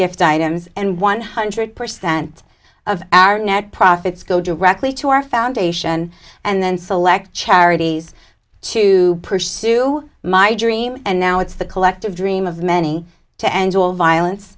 gift items and one hundred percent of our net profits go directly to our foundation and then select charities to pursue my dream and now it's the collective dream of many to end violence